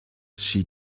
she